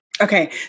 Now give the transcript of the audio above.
Okay